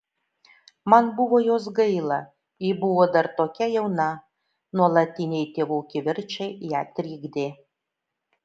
man buvo jos gaila ji buvo dar tokia jauna nuolatiniai tėvų kivirčai ją trikdė